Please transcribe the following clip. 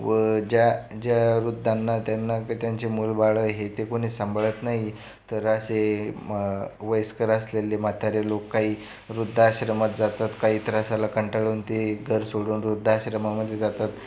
व ज्या ज्या वृद्धांना त्यांना त्यांचे मूलबाळं हे ते कुणी सांभाळत नाही तर असे वयस्कर असलेले म्हातारे लोक काही वृद्धाश्रमात जातात काही त्रासाला कंटाळून ते घर सोडून वृद्धाश्रमामध्ये जातात